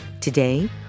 Today